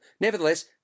Nevertheless